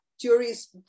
juries